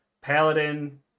Paladin